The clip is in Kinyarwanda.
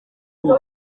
ubu